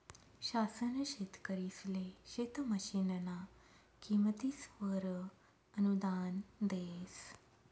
शासन शेतकरिसले शेत मशीनना किमतीसवर अनुदान देस